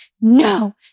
no